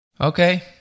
okay